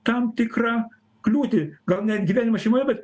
tam tikrą kliūtį gal ne gyvenimas šeimoje bet